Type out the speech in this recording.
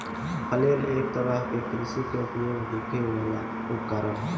flail एक तरह के कृषि में उपयोग होखे वाला उपकरण ह